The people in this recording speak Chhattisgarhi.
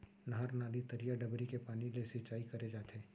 नहर, नाली, तरिया, डबरी के पानी ले सिंचाई करे जाथे